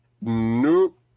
Nope